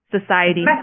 Society